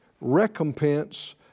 recompense